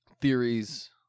theories